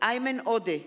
איימן עודה,